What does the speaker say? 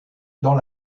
dans